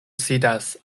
sidas